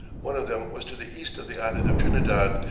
one of them was to the east of the island of trinidad,